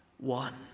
one